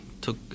took